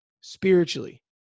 spiritually